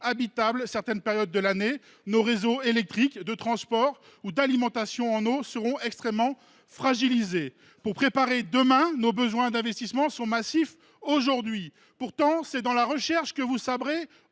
habitables à certaines périodes de l’année. Nos réseaux électriques, de transport ou d’alimentation en eau seront extrêmement fragilisés. Pour préparer demain, nous devons investir massivement aujourd’hui. Pourtant, c’est dans les crédits de la recherche que vous sabrez.